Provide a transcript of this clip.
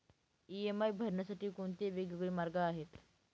EMI भरण्यासाठी कोणते वेगवेगळे मार्ग आहेत?